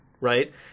right